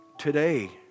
today